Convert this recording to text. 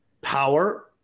power